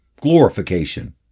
glorification